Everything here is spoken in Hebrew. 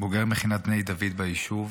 בוגר מכינת בני דוד ביישוב,